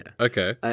Okay